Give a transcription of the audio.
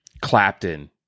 Clapton